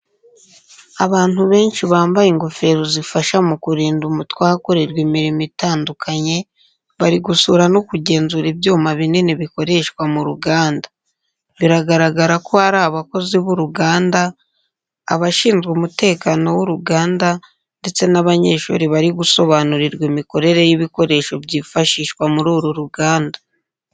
Abantu benshi bambaye ingofero zifasha mu kurinda umutwe ahakorerwa imirimo itandukanye, bari gusura no kugenzura ibyuma binini bikoreshwa mu ruganda. Biragaragara ko ari abakozi b’uruganda, abashinzwe umutekano w’uruganda, ndetse n'abanyeshuri bari gusobanurirwa imikorere y’ibikoresho byifashishwa muri uru ruganda.